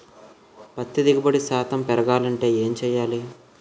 పత్తి దిగుబడి శాతం పెరగాలంటే ఏంటి చేయాలి?